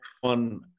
one